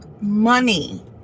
money